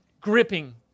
gripping